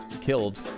killed